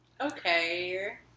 Okay